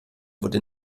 wurde